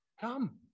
Come